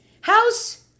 House